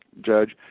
Judge